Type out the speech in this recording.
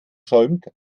schäumt